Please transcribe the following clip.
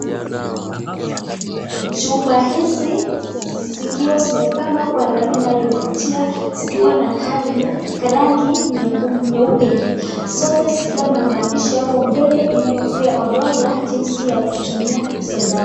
Chupa hizi zikiwa zimepangwa kwa laini inayovutia zikiwa na rangi nyeupe, zote zikiwa na maandishi hapo mbele inayopea orodha jinsi ya kutumia hizo dawa.